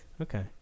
Okay